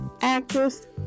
actress